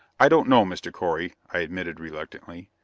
i don't know, mr. correy, i admitted reluctantly.